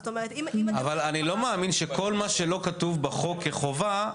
זאת אומרת --- אבל אני לא מאמין שכל מה שלא כתוב בחוק כחובה,